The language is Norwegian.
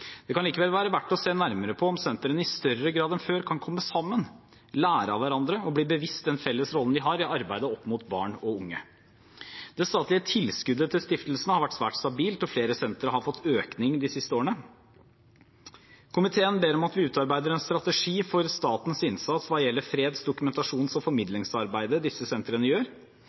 Det kan likevel være verdt å se nærmere på om sentrene i større grad enn før kan komme sammen, lære av hverandre og bli bevisst den felles rollen de har i arbeidet opp mot barn og unge. Det statlige tilskuddet til stiftelsene har vært svært stabilt, og flere sentre har fått økning de siste årene. Komiteen ber om at vi utarbeider en strategi for statens innsats hva gjelder freds-, dokumentasjons- og